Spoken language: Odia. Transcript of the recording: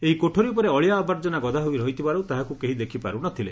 ଏହି କୋଠରୀ ଉପରେ ଅଳିଆ ଆବର୍ଜନା ଗଦା ହୋଇ ରହିଥିବାରୁ ତାହାକୁ କେହି ଦେଖି ପାରୁନଥିଲେ